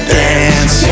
dance